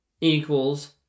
equals